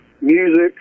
music